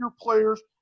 players